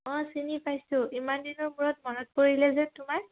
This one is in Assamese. অঁ চিনি পাইছোঁ ইমান দিনৰ মূৰত মনত পৰিলে যে তোমাৰ